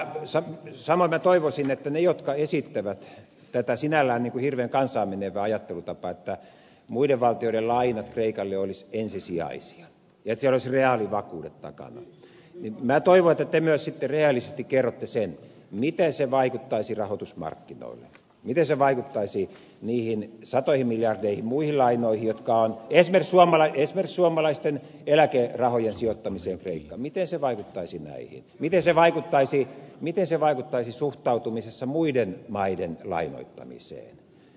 samoin minä toivoisin että te jotka esitätte tätä sinällään niin kuin hirveän kansaan menevää ajattelutapaa että muiden valtioiden lainat kreikalle olisivat ensisijaisia että siellä olisi reaalivakuudet takana myös sitten rehellisesti kerrotte sen miten se vaikuttaisi rahoitusmarkkinoihin miten se vaikuttaisi niihin satoihin miljardeihin muihin lainoihin esimerkiksi suomalaisten eläkerahojen sijoittamiseen kreikkaan miten se vaikuttaisi näihin miten se vaikuttaisi suhtautumiseen muiden maiden lainoittamiseen